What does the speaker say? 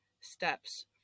steps